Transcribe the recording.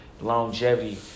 longevity